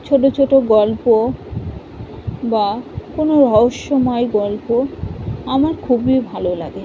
ছোট ছোট গল্প বা কোনো রহস্যময় গল্প আমার খুবই ভালো লাগে